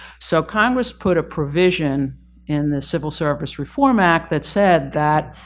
so congress put a provision in the civil service reform act that said that